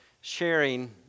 Sharing